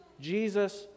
Jesus